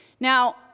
Now